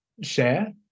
share